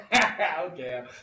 Okay